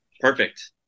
perfect